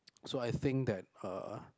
so I think that uh